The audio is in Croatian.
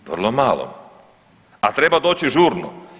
Vrlo malom, a treba doći žurno.